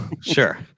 sure